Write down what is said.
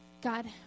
God